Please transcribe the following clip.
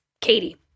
Katie